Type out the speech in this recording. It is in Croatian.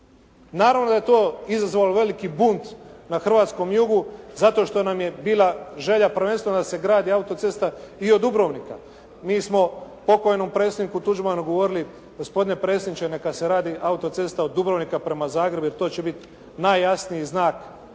Naravno da je to izazvalo veliki bunt na hrvatskom jugu, zato što nam je bila želja prvenstveno da se gradi autocesta i od Dubrovnika. Mi smo pokojnom predsjedniku Tuđmanu govorili gospodine predsjedniče, neka se radi autocesta od Dubrovnika prema Zagrebu jer to će biti najjasniji znak